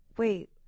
Wait